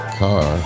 car